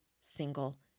single